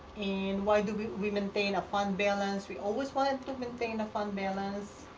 why do we we maintain a fund balance. we always want to maintain a fund balance.